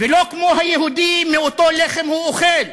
ולא כמו היהודי, מאותו לחם הוא אוכל?